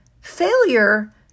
Failure